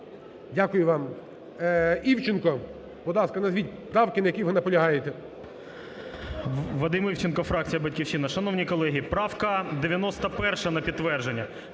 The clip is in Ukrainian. Дякую вам. Івченко, будь ласка, назвіть правки, на яких ви наполягаєте.